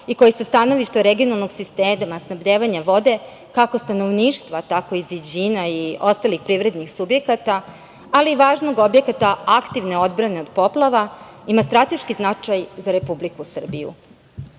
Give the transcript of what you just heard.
i koji sa stanovišta regionalnog sistema snabdevanja vode, kako stanovništva, tako i ostalih privrednih subjekata, ali i važnih objekata odbrane od poplava, ima strateški značaj za Republiku